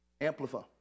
amplify